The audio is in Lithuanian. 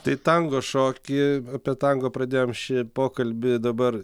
tai tango šokį apie tango pradėjom šį pokalbį dabar